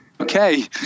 Okay